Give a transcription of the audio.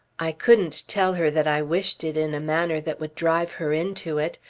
i couldn't tell her that i wished it in a manner that would drive her into it.